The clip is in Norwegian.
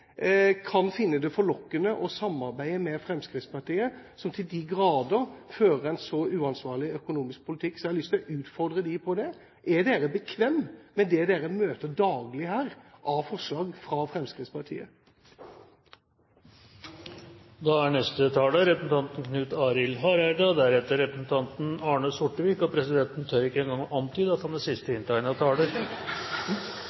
kan finne det forlokkende å samarbeide med Fremskrittspartiet som til de grader fører en så uansvarlig økonomisk politikk. Så jeg har lyst til å utfordre dem på det: Er dere bekvemme med det dere møter daglig her av forslag fra Fremskrittspartiet? Da er neste taler representanten Knut Arild Hareide, og deretter representanten Arne Sortevik. Presidenten tør ikke engang å antyde at han er sist inntegnede taler. Det presidenten i